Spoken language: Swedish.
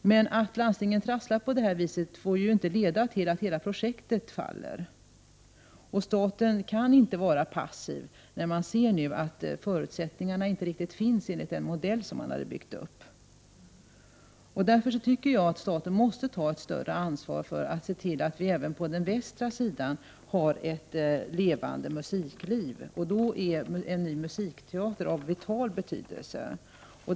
Men att landstingen trasslar på det här sättet får ju inte leda till att hela projektet faller. Staten kan ju inte vara passiv bara därför att man ser att förutsättningarna för den modell man byggt upp nu inte riktigt finns. Därför tycker jag att staten måste ta ett större ansvar och se till att vi även på den västra sidan av Sverige har ett levande musikliv. Då är en ny musikteater av vital betydelse.